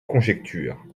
conjectures